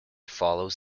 follows